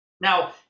now